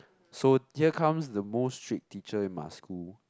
so here comes the most strict teacher in my school